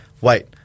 Wait